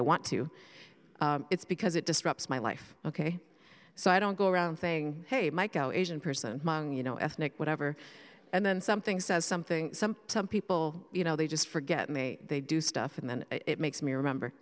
i want to it's because it disrupts my life ok so i don't go around saying hey mike out asian person among you know ethnic whatever and then something says something some some people you know they just forget and they they do stuff and then it makes me remember